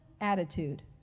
attitude